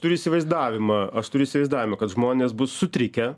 turiu įsivaizdavimą aš turiu įsivaizdavimą kad žmonės bus sutrikę